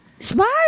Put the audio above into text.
Smart